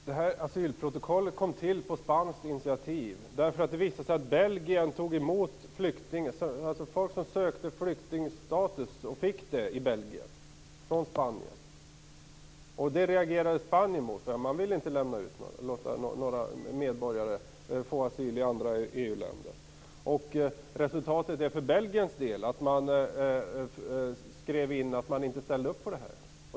Fru talman! Det här asylprotokollet kom till på spanskt initiativ. Det visade sig att folk från Spanien sökte och fick flyktingstatus i Belgien. Det reagerade Spanien mot, därför att man ville inte låta medborgare få asyl i andra EU-länder. Resultatet för Belgiens del var att man skrev in att man inte ställde upp på det här.